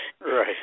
right